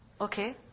Okay